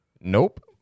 Nope